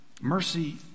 mercy